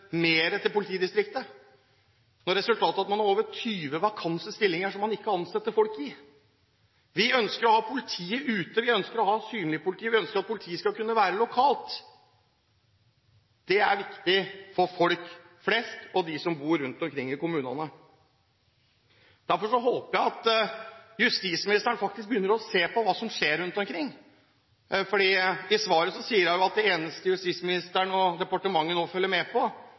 mer til politidistriktet, når resultatet er at man har mer enn 20 vakante stillinger man ikke ansetter folk i. Vi ønsker å ha politiet ute, vi ønsker å ha synlig politi, og vi ønsker at politiet skal kunne være lokalt. Det er viktig for folk flest – de som bor rundt omkring i kommunene. Derfor håper jeg at justisministeren faktisk begynner å se på hva som skjer rundt omkring. I svaret sier hun at det eneste som justisministeren og departementet nå følger med på,